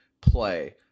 play